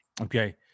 Okay